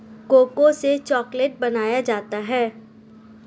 cocoa से chocolate बनाया जाता है